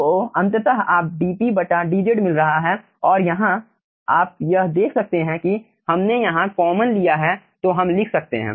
तो अंततः आप dpdz मिल रहा है और यहाँ आप यह देख सकते हैं कि हमने यहाँ कामन लिया है तो हम लिख सकते हैं